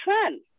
trend